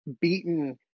Beaten